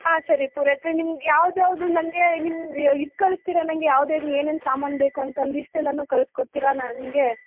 ಹಾಂ ಸರಿ ಪುರೋಹಿತರೇ ನಿಮ್ಗೆ ಯಾವ್ದು ಯಾವ್ದು ನನಗೆ ನಿಮ್ದು ಇದು ಕಳಿಸ್ತೀರಾ ನಂಗೆ ಯಾವ್ದು ಯಾವ್ದು ಏನೇನು ಸಾಮಾನು ಬೇಕು ಅಂತ ಲಿಸ್ಟ್ ಎಲ್ಲನೂ ಕಳಿಸ್ಕೊಡ್ತೀರಾ ನನಗೆ